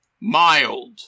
Mild